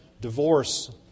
divorce